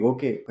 Okay